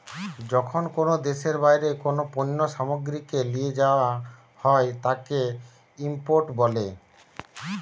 যখন কোনো দেশের বাইরে কোনো পণ্য সামগ্রীকে লিয়ে যায়া হয় তাকে ইম্পোর্ট বলে